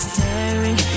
Staring